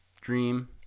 dream